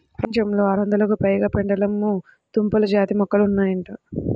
ప్రపంచంలో ఆరొందలకు పైగా పెండలము దుంప జాతి మొక్కలు ఉన్నాయంట